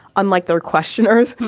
unlike their questioners,